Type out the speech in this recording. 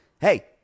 hey